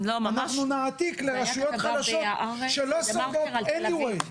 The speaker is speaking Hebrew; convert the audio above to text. אנחנו נעתיק לרשויות חלשות שלא שורדות any way.